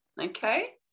Okay